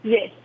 Yes